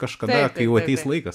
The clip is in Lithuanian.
kažkada kai jau ateis laikas